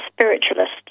spiritualist